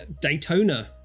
Daytona